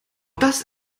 das